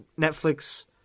Netflix